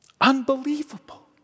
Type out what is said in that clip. Unbelievable